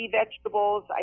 vegetables